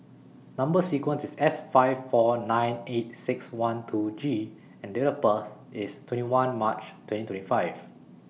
Number sequence IS S five four nine eight six one two G and Date of birth IS twenty one March twenty twenty five